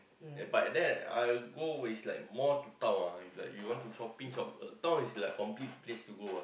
but then I go is like more to town ah is like you want to shopping shop town is like complete place to go ah